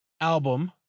album